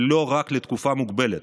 ולא רק לתקופה מוגבלת,